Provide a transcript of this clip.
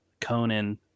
Conan